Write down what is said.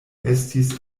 estis